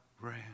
ran